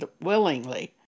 willingly